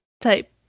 type